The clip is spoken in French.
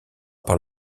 par